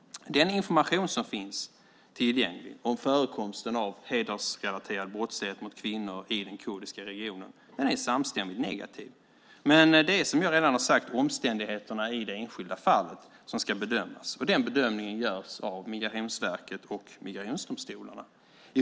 Den information som finns tillgänglig om förekomsten av hedersrelaterad brottslighet mot kvinnor i den kurdiska regionen är samstämmigt negativ. Men det är, som jag redan har sagt, omständigheterna i det enskilda fallet som ska bedömas, och den bedömningen görs av Migrationsverket och migrationsdomstolarna.